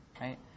right